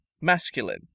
Masculine